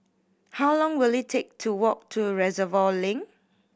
how long will it take to walk to Reservoir Link